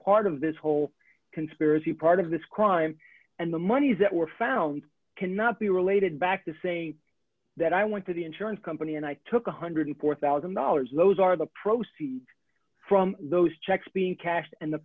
part of this whole conspiracy part of this crime and the monies that were found cannot be related back to saying that i went to the insurance company and i took one hundred and four thousand dollars those are the proceeds from those checks being cash and the